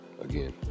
again